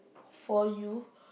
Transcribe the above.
for you